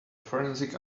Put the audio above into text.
forensic